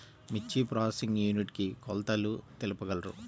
మిర్చి processing unit కి కొలతలు తెలుపగలరు?